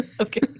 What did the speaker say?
Okay